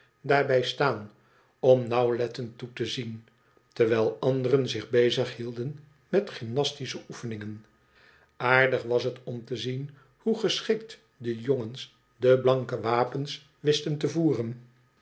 daarbij staan om nauwlettend toe te zien terwijl anderen zich bezighielden met gymnastische oefeningen aardig was het om te zien hoe geschikt de jongens de blanke wapens wisten te voeren